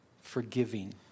forgiving